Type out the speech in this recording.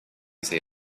say